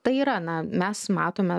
tai yra na mes matome